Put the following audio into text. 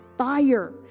fire